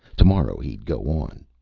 tomorrow he'd go on.